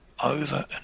over